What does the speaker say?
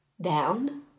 down